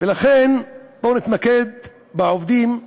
ולכן בוא נתמקד בעובדים הללו.